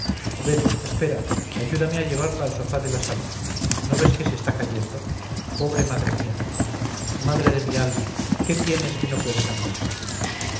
ven espera ayúdame a llevarla al sofá de la sala no ves que se está cayendo pobre madre mía madre de mi alma qué tienes que no puedes andar